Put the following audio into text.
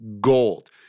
gold